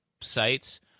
sites